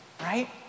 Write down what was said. right